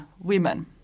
women